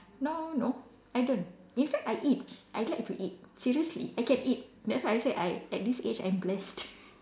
now no I don't in fact I eat I like to eat seriously I can eat that's why I said I at this age I'm blessed